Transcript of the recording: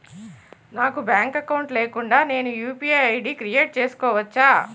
నాకు bank account లేకుండా నేను యు.పి.ఐ ఐ.డి క్రియేట్ చేసుకోవచ్చా?